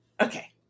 Okay